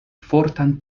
fortan